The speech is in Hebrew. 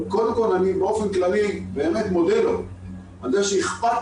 אבל באופן כללי אני מודה לו על זה שאכפת